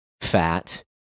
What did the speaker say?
fat